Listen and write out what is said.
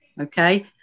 Okay